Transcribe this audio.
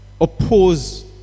oppose